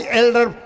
elder